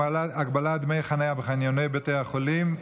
הגבלת דמי חניה בחניוני בתי חולים,